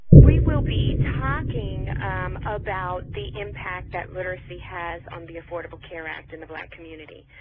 we will be talking about the impact that literacy has on the affordable care act in the black community.